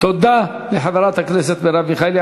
תודה לחברת הכנסת מרב מיכאלי.